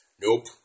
Nope